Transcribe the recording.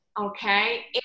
okay